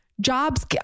jobs